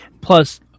plus